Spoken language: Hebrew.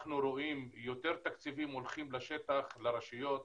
אנחנו רואים יותר תקציבים מונחים לשטח, לרשויות,